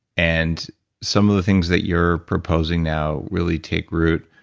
and some of the things that you're proposing now really take root,